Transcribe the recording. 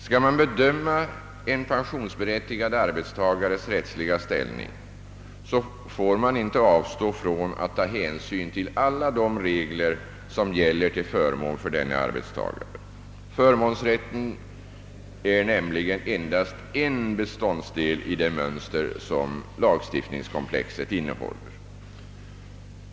Skall man bedöma en pensionsberättigad arbetstagares rättsliga ställning, får man inte avstå från att ta hänsyn till alla de regler som gäller till förmån för denna arbetstagare. Förmånsrätten är nämligen, som jag framhöll, endast en beståndsdel i det möns ter som lagstiftningskomplexet innehåller.